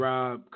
Rob